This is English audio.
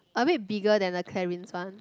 a bit bigger than the Clarins one